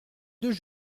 deux